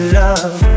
love